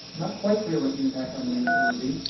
not quite clear what the impact on the nation would be.